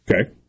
Okay